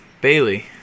Bailey